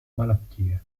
malattie